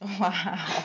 Wow